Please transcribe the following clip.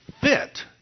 fit